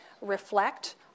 reflect